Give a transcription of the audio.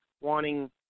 wanting